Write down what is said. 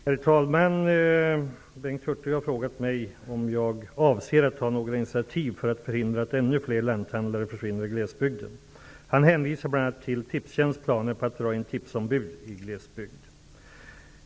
Herr talman! Bengt Hurtig har frågat mig om jag avser att ta några initiativ för att förhindra att ännu fler lanthandlare försvinner i glesbygden. Han hänvisar bl.a. till Tipstjänsts planer på att dra in tipsombud i glesbygd.